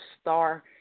star